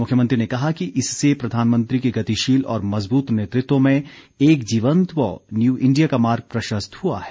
मुख्यमंत्री ने कहा कि इससे प्रधानमंत्री के गतिशील और मजबूत नेतृत्व में एक जीवंत व न्यू इंडिया का मार्ग प्रशस्त हुआ है